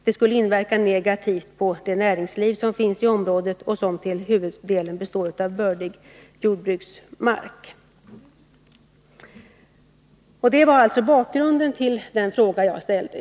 Det skulle inverka negativt på näringslivet i området, som huvudsakligen består av bördig jordbruksmark. Detta var alltså bakgrunden till min fråga.